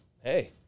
hey